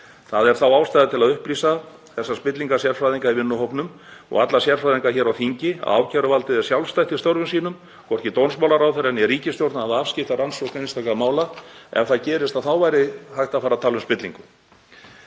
Það er þá ástæða til að upplýsa þessa spillingarsérfræðinga í vinnuhópnum og alla sérfræðinga hér á þingi að ákæruvaldið er sjálfstætt í störfum sínum, hvorki dómsmálaráðherra né ríkisstjórnin hafa afskipti af rannsókn einstakra mála. Ef það gerist þá væri hægt að fara að tala um spillingu.